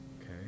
Okay